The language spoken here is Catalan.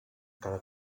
cada